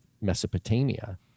Mesopotamia